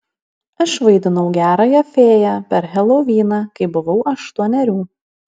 aš vaidinau gerąją fėją per heloviną kai buvau aštuonerių